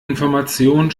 information